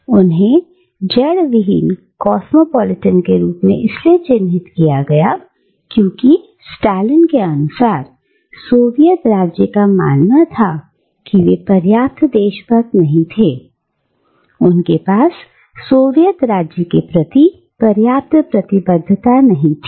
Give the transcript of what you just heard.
और उन्हें जड़हीन कॉस्मापॉलिटन के रूप में इसलिए चिन्हित किया गया क्योंकि स्टालिन के अनुसार सोवियत राज्य का मानना था कि वे पर्याप्त देशभक्त नहीं थे उनके पास सोवियत राज्य के प्रति पर्याप्त प्रतिबद्धता नहीं थी